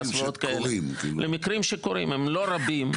אלה לא מקרים רבים,